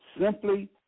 simply